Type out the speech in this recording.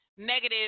negative